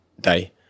day